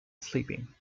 sleeping